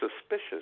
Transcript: suspicious